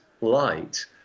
light